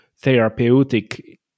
therapeutic